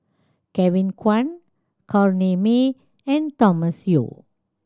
Kevin Kwan Corrinne May and Thomas Yeo